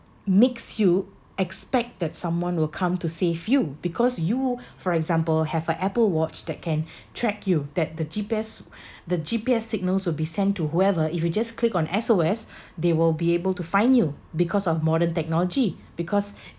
makes you expect that someone will come to save you because you for example have an apple watch that can track you that the G_P_S the G_P_S signals will be sent to whoever if you just click on S_O_S they will be able to find you because of modern technology because